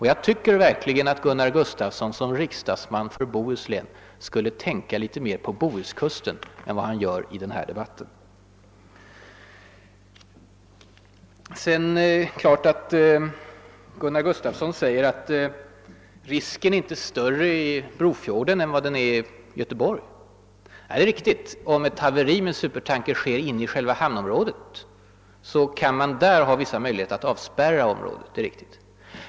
Jag tycker verkligen att Gunnar Gustafsson som riksdagsman för Bohuslän skulle tänka litet mer på Bohuskusten än han gör i den här debatten. Gunnar Gustafsson säger att risken är inte större i Brofjorden än i Göteborg. Det är riktigt att man, om ett haveri med supertanker sker inne i själva hamnområdet, där kan ha vissa möjligheter att avspärra området.